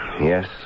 Yes